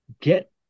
Get